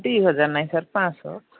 ଦୁଇ ହଜାର ନାଇଁ ସାର୍ ପାଞ୍ଚଶହ